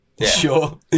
sure